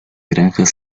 granjas